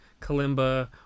Kalimba